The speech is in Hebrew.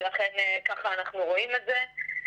ולכן ככה אנחנו רואים את זה.